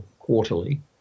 quarterly